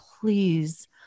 please